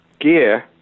Gear